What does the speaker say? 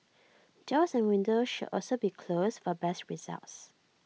doors and windows should also be closed for best results